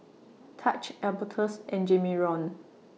Taj Albertus and Jamarion